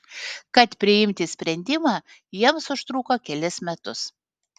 kad priimti sprendimą jiems užtruko kelis metus